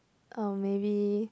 uh maybe